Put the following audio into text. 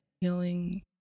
healing